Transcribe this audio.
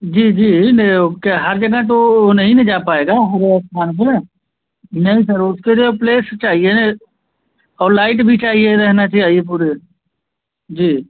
जी जी क्या हर जगह तो वह नहीं ना जा पाएगा हर स्थान पर नहीं सर उसके लिए प्लेस चाहिए और लाइट भी चाहिए रहना चाहिए पूरे जी